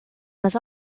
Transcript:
was